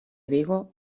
vigo